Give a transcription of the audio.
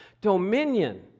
dominion